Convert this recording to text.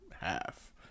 half